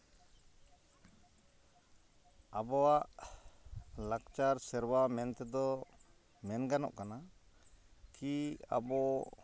ᱟᱵᱚᱣᱟᱜ ᱞᱟᱠᱪᱟᱨ ᱥᱮᱨᱣᱟ ᱢᱮᱱ ᱛᱮᱫᱚ ᱢᱮᱱ ᱜᱟᱱᱚᱜ ᱠᱟᱱᱟ ᱠᱤ ᱟᱵᱚ